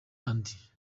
andi